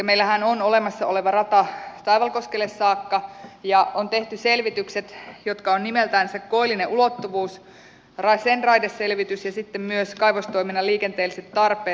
meillähän on olemassa oleva rata taivalkoskelle saakka ja on tehty selvitykset jotka ovat nimeltänsä koillinen ulottuvuus sen raideselvitys ja kaivostoiminnan liikenteelliset tarpeet